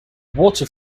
water